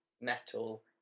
metal